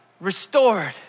restored